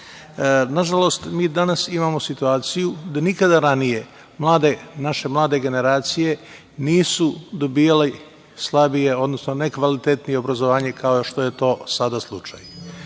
nacije. Nažalost, mi danas imamo situaciju da nikada ranije mlade, naše mlade generacije, nisu dobijale slabije, odnosno nekvalitetnije obrazovanje, kao što je to sada slučaj.